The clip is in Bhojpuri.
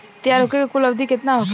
तैयार होखे के कुल अवधि केतना होखे?